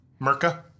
Merca